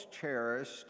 cherished